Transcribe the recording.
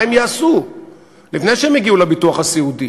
מה הם יעשו לפני שהם יגיעו לביטוח הסיעודי?